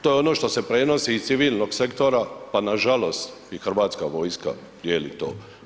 To je ono što se prenosi iz civilnog sektora pa nažalost i hrvatska vojska dijeli to.